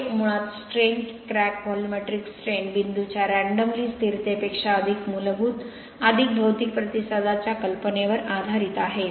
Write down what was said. हे मुळात strain crack volumetric strain बिंदूंच्या रँडमली स्थिरतेपेक्षा अधिक मूलभूत अधिक भौतिक प्रतिसादाच्या कल्पनेवर आधारित आहे